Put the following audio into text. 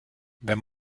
wenn